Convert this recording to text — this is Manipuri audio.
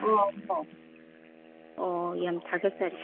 ꯑꯣ ꯑꯣ ꯑꯣ ꯌꯥꯝ ꯊꯥꯒꯠꯆꯔꯤ